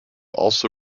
also